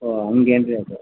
ಓ ಹಂಗೆ ಏನು ರೀ ಅದು